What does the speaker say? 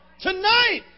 Tonight